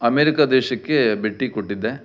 America ದೇಶಕ್ಕೆ ಭೇಟಿಕೊಟ್ಟಿದ್ದೆ